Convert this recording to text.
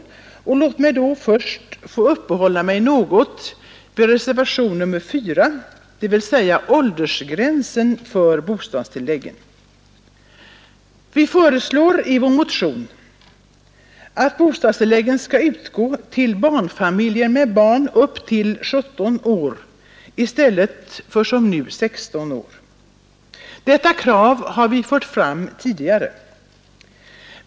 Låt mig då först få uppehålla mig något vid reservationen 4, beträffande åldersgränsen för bostadstilläggen. Vi föreslår i vår motion att bostadstilläggen skall utgå till barnfamiljer med barn upp till 17 år i stället för som nu 16 år. Detta krav har vi också fört fram tidigare.